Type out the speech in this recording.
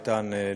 איתן,